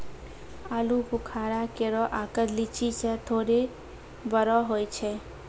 आलूबुखारा केरो आकर लीची सें थोरे बड़ो होय छै